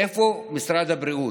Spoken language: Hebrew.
איפה משרד הבריאות?